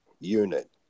unit